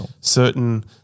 certain